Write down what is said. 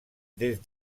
des